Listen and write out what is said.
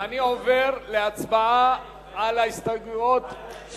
אני עובר להצעה על ההסתייגויות,